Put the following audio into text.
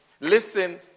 Listen